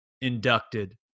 inducted